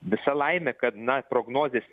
visa laimė kad na prognozės